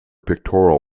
pictorial